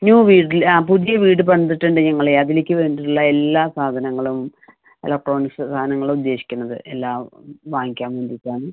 new വീട്ടിൽ ആ പുതിയ വീട് പണിതിട്ടുണ്ട് ഉണ്ട് ഞങ്ങൾ അതിലേക്ക് വേണ്ടി ഉള്ള എല്ലാ സാധനങ്ങളും ഇലക്ട്രോണിക്സ് സാധനങ്ങളാണ് ഉദ്ദേശിക്കുന്നത് എല്ലാം വാങ്ങിക്കാൻ വേണ്ടീട്ട് ആണ്